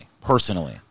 personally